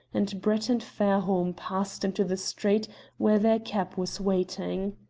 and brett and fairholme passed into the street where their cab was waiting.